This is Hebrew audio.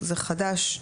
זה חדש.